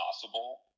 possible